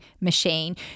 machine